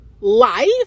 life